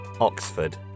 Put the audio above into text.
Oxford